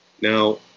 Now